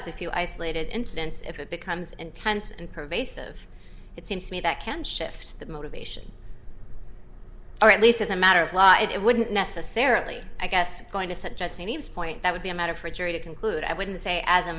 few isolated incidents if it becomes intense and pervasive it seems to me that can shift the motivation or at least as a matter of law it wouldn't necessarily i guess it's going to subject seems point that would be a matter for a jury to conclude i wouldn't say as a